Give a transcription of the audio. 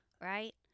right